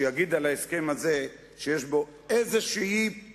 אדם אחד שיגיד על ההסכם הזה שיש בו איזו פגיעה